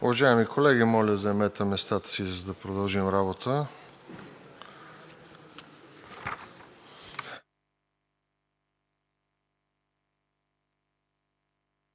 Уважаеми колеги, моля, заемете местата си, за да продължим работа.